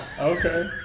Okay